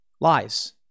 Lies